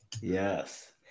Yes